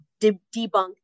debunk